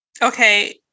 Okay